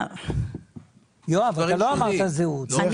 זהות.